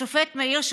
השופט מאיר שמגר,